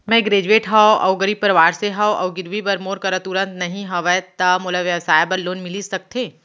मैं ग्रेजुएट हव अऊ गरीब परवार से हव अऊ गिरवी बर मोर करा तुरंत नहीं हवय त मोला व्यवसाय बर लोन मिलिस सकथे?